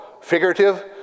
figurative